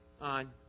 on